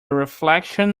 reflection